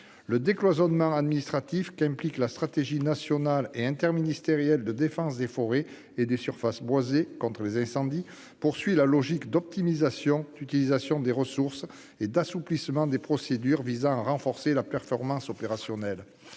Le décloisonnement administratif qu'implique la stratégie nationale et interministérielle de défense des forêts et des surfaces boisées contre les incendies poursuit la logique d'optimisation de l'utilisation des ressources et d'assouplissement des procédures visant à renforcer la performance opérationnelle.